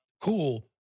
Cool